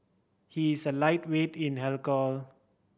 he is a lightweight in alcohol